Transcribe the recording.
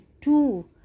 two